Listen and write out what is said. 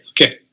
Okay